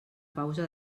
pausa